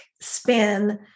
spin